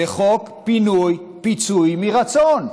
זה חוק פינוי-פיצוי מרצון,